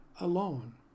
alone